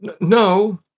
No